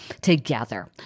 together